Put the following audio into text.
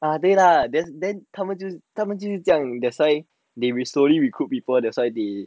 ah 对 lah then then 他们就他们就是这样 that's why they slowly recruit people that's why they